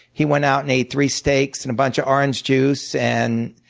he went out and ate three steaks and a bunch of orange juice, and